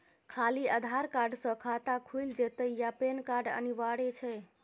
खाली आधार कार्ड स खाता खुईल जेतै या पेन कार्ड अनिवार्य छै?